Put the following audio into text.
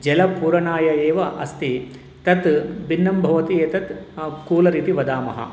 जलपूरणाय एव अस्ति तत् भिन्नं भवति एतत् कूलर् इति वदामः